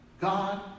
God